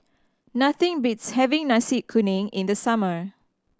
nothing beats having Nasi Kuning in the summer